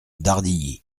dardilly